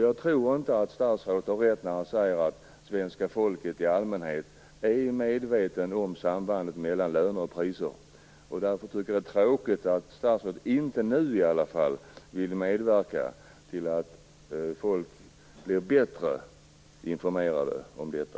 Jag tror inte att statsrådet har rätt när han säger att svenska folket i allmänhet är medvetet om sambandet mellan löner och priser. Därför är det tråkigt att statsrådet inte, i alla fall inte nu, vill medverka till att folk blir bättre informerade om detta.